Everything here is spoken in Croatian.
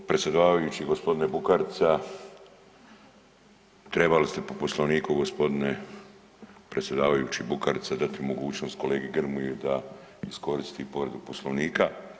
Predsjedavajući gospodine Bukarica trebali ste po Poslovniku gospodine predsjedavajući Bukarica dati mogućnost kolegi Grmoji da iskoristi povredu Poslovnika.